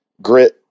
grit